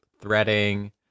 threading